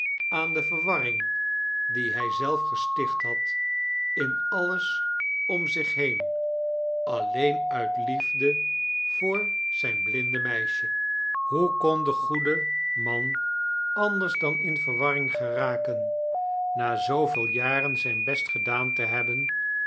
aan de kerst vert ellingen verwarrdng die hij zelf gesticht had in alles ran zich heen alleen uit liiefde voor zijn blinde meisje hoe kon de goede man anders dan in vierwarring geraken na zooveel janen zijn best gedaan te hebben